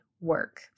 work